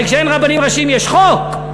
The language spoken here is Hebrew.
הרי כשאין רבנים ראשיים יש חוק: